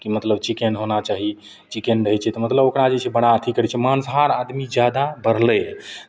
कि मतलब चिकेन होना चाही चिकेन रहै छै तऽ मतलब ओकरा जे छै बड़ा अथि करै छै मांसाहार आदमी जादा बढ़लैए